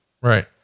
Right